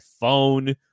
phone